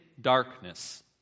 darkness